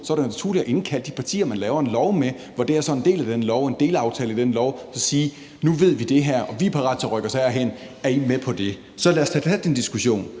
så er det da naturligt at indkalde de partier, man laver en lov med, når det her så er en delaftale i den lov, og sige: Nu ved vi det her, og vi er parate til at rykke os herhen – er I med på det? Så lad os da tage den diskussion.